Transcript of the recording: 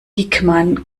diekmann